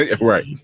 right